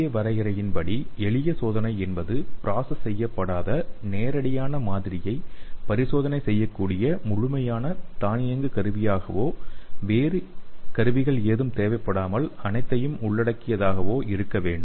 ஏ வரையறையின் படி எளிய சோதனை என்பது ப்ராசஸ் செய்யப்படாத நேரடியான மாதிரியை பரிசோதனை செய்யக்கூடிய முழுமையாக தானியங்கி கருவியாகவோ வேறு கருவிகள் எதுவும் தேவைப்படாமல் அனைத்தையும் உள்ளடக்கியதாகவோ இருக்க வேண்டும்